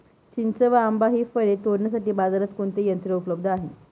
चिंच व आंबा हि फळे तोडण्यासाठी बाजारात कोणते यंत्र उपलब्ध आहे?